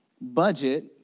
budget